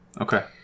Okay